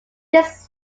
this